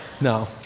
No